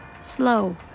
slow